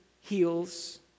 heals